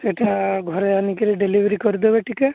ସେଟା ଘରେ ଆନିକିରି ଡେଲିଭରି କରିଦେବେ ଟିକେ